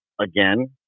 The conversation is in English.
again